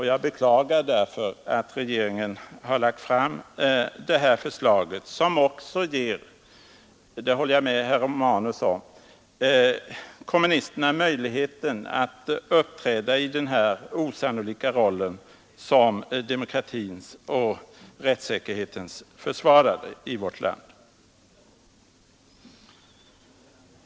Jag beklagar därför att regeringen har lagt fram det här förslaget som också ger, det håller jag med herr Romanus om, kommunisterna möjligheten att uppträda i den här osannolika rollen som demokratins och rättssäkerhetens försvarare i vårt land.